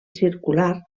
circular